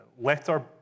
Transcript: letter